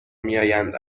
میآیند